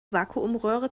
vakuumröhre